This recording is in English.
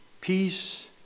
Peace